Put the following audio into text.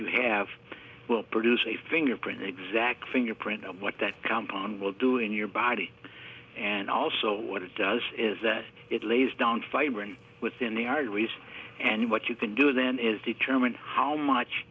you have will produce a fingerprint an exact fingerprint of what that compound will do in your body and also what it does is that it lays down fiber and within the arteries and what you can do then is determine how much